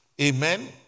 Amen